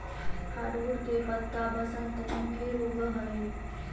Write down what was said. hardwood के पत्त्ता बसन्त में फिर उगऽ हई